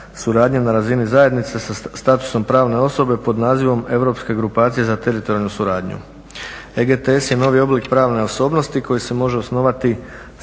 suradnje na razini zajednice sa statusom pravne osobe pod nazivom Europske grupacije za teritorijalnu suradnju. EGTS je novi oblik pravne osobnosti koji se može osnovati